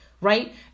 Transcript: right